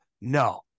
no